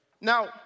Now